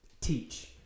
teach